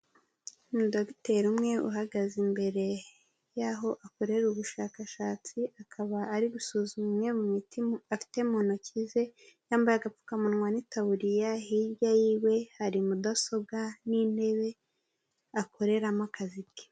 Umudogiteri umwe uhagaze imbere y'aho akorera ubushakashatsi, akaba ari gusuzuma imwe mu mitima afite mu ntoki ze yambaye agapfukamunwa n'itaburiya, hirya yiwe hari mudasobwa n'intebe akoreramo akazi ke.